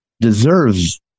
deserves